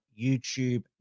YouTube